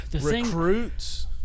Recruits